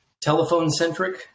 telephone-centric